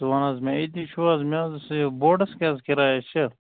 ژٕ وَن حظ مےٚ أتی چھُو حظ مےٚ حظ اوس یہِ بوڈس کیٛاہ حظ کِرایا چھِ